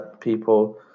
people